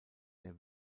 der